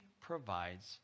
provides